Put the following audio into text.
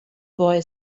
boy